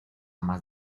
más